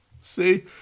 See